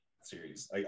series